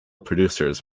producers